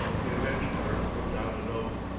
the adventurer ripped out an oath.